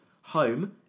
Home